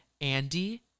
Andy